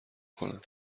کنم